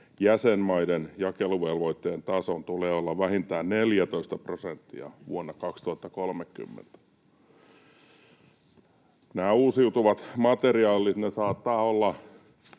jäsenmaiden jakeluvelvoitteen tason tulee olla vähintään 14 prosenttia vuonna 2030. Nämä uusiutuvat materiaalit saattavat olla